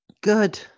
Good